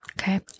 Okay